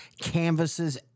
canvases